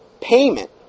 payment